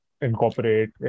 incorporate